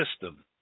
system